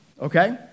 Okay